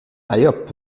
allez